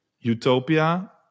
utopia